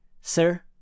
Sir